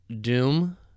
Doom